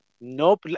Nope